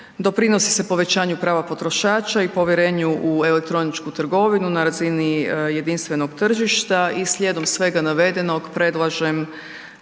doprinosi se povećanju prava potrošača i povjerenju u elektroničku trgovinu na razini jedinstvenog tržišta i slijedom svega navedenog, predlažem